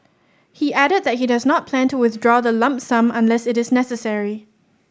he added that he does not plan to withdraw the lump sum unless it is necessary